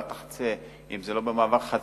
ואל תחצה אם זה לא במעבר חצייה,